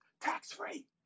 tax-free